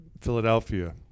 Philadelphia